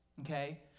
okay